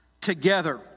together